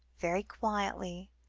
very quietly,